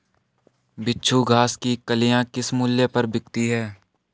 बिच्छू घास की कलियां किस मूल्य पर बिकती हैं?